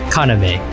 Kaname